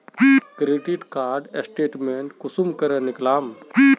Credit card statement कुंसम करे निकलाम?